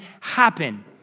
happen